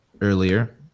earlier